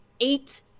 eight